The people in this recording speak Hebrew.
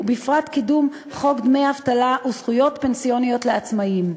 ובפרט קידום חוק דמי אבטלה וזכויות פנסיוניות לעצמאים.